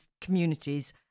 communities